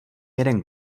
jeden